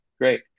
Great